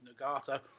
Nagata